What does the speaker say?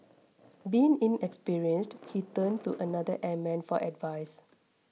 being inexperienced he turned to another airman for advice